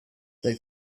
they